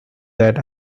that